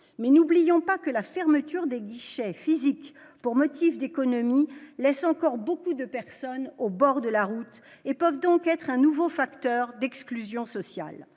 mais n'oublions pas que la fermeture des guichets physiques pour motif d'économie laisse encore beaucoup de personnes au bord de la route et peuvent donc être un nouveau facteur d'exclusion sociale,